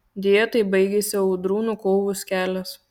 deja taip baigėsi audrūno kovos kelias